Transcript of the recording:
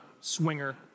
swinger